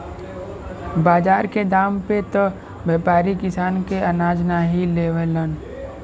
बाजार के दाम पे त व्यापारी किसान के अनाज नाहीं लेवलन